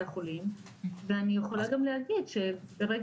החולים ואני יכולה גם להגיד שברגע,